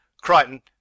Crichton